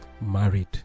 married